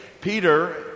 peter